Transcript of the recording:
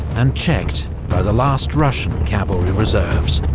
and checked by the last russian cavalry reserves.